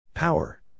Power